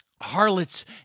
Harlots